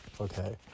Okay